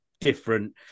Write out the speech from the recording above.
different